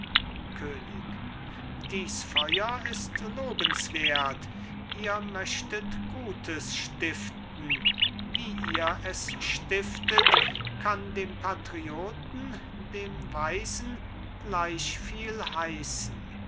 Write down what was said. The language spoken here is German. könig dies feuer ist lobenswert ihr möchtet gutes stiften wie ihr es stiftet kann dem patrioten dem weisen